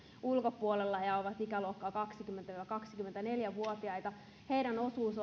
ulkopuolella ja ovat ikäluokkaa kaksikymmentä viiva kaksikymmentäneljä vuotta heidän osuus